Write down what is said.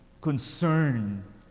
concern